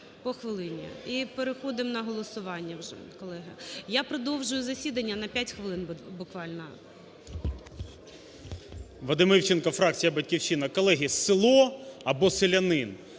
По хвилині, і переходимо на голосування вже, колеги. Я продовжую засідання на 5 хвилин буквально. 11:58:22 ІВЧЕНКО В.Є. Вадим Івченко, фракція "Батьківщина". Колеги, село або селянин